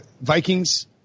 Vikings